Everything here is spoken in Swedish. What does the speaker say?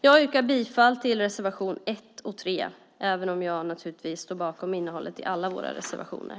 Jag yrkar bifall till reservation 1 och 3, även om jag naturligtvis står bakom innehållet i alla våra reservationer.